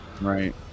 Right